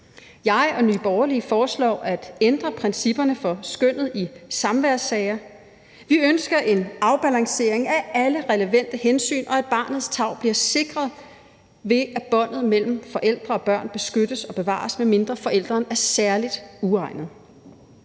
Jeg og Nye Borgerlige foreslår at ændre principperne for skønnet i samværssager. Vi ønsker en afbalancering af alle relevante hensyn, og at barnets tarv bliver sikret, ved at båndet mellem forældre og børn beskyttes og bevares, medmindre forældrene er særligt uegnede.